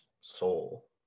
soul